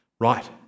Right